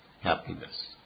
happiness